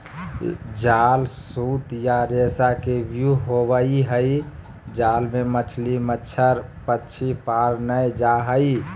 जाल सूत या रेशा के व्यूह होवई हई जाल मे मछली, मच्छड़, पक्षी पार नै जा हई